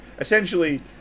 Essentially